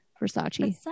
Versace